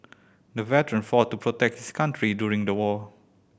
the veteran fought to protect his country during the war